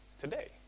today